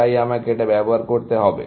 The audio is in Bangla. তাই আমাকে এটা ব্যবহার করতে হবে